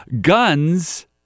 guns